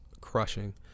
crushing